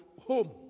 home